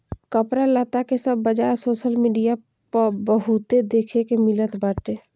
कपड़ा लत्ता के सब बाजार सोशल मीडिया पअ बहुते देखे के मिलत बाटे